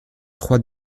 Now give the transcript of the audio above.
trois